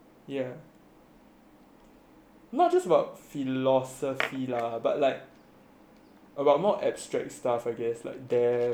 not just about philosophy lah but like about more abstract stuff I guess like death lah all that